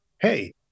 hey